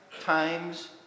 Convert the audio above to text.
times